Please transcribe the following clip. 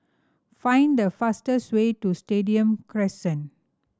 find the fastest way to Stadium Crescent